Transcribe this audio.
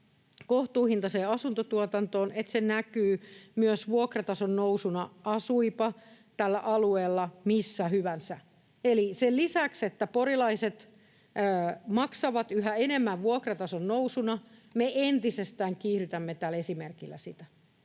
kohtuuhintaiseen asuntotuotantoon niin, että se näkyy myös vuokratason nousuna, asuipa tällä alueella missä hyvänsä. Eli sen lisäksi, että porilaiset maksavat yhä enemmän vuokratason nousuna, me entisestään kiihdytämme tällä esimerkillä sitä.